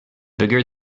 bigger